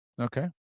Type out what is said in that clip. okay